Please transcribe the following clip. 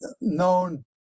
known